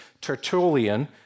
Tertullian